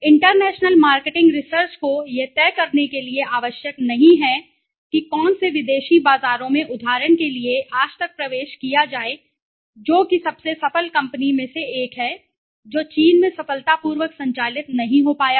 international marketing research को यह तय करने के लिए आवश्यक नहीं है कि कौन से विदेशी बाजारों में उदाहरण के लिए आज तक प्रवेश किया जाए जो कि सबसे सफल कंपनी में से एक है जो चीन में सफलतापूर्वक संचालित नहीं हो पाया था